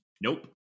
Nope